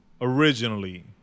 originally